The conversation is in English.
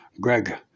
Greg